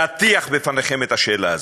להטיח בפניכם את השאלה הזאת.